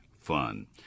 fun